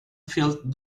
filled